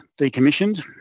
decommissioned